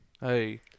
Hey